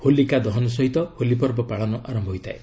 ହୋଲିକା ଦହନ ସହିତ ହୋଲି ପର୍ବ ପାଳନ ଆରମ୍ଭ ହୋଇଥାଏ